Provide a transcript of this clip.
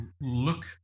Look